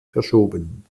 verschoben